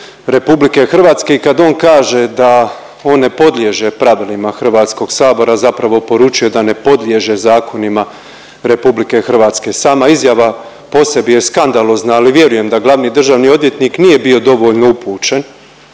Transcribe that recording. razini zakona RH i kad on kaže da on ne podliježe pravilima Hrvatskog sabora, zapravo poručuje da ne podliježe zakonima RH. Sama izjava po sebi se skandalozna ali vjerujem da glavni državni odvjetnik nije bio dovoljno upućen